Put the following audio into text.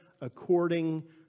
according